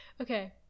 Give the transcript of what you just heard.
okay